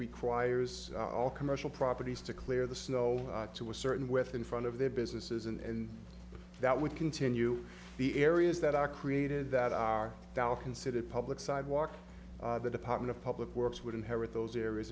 requires all commercial properties to clear the snow to a certain with in front of their businesses and that would continue the areas that are created that are considered public sidewalk the department of public works would inherit those areas